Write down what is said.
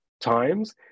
times